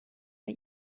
bei